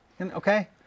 Okay